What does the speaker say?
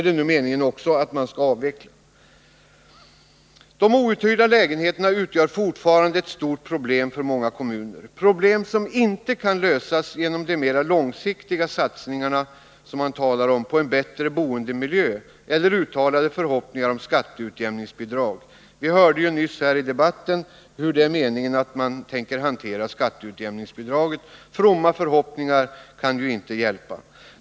De outhyrda lägenheterna utgör fortfarande ett stort problem för många kommuner, problem som inte kan lösas genom de mera långsiktiga satsningar på en bättre boendemiljö som man talar om eller genom skatteutjämningsbidrag, vilket det här uttalats förhoppningar om. Vi hörde nyss här i debatten hur det är meningen att man skall hantera skatteutjämningsbidragen. Fromma förhoppningar kan inte hjälpa.